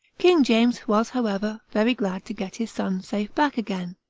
king james was however, very glad to get his son safe back again,